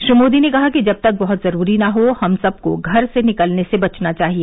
श्री मोदी ने कहा कि जब तक बहुत जरूरी न हो हम सबको घर से निकलने से बचना चाहिए